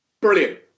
Brilliant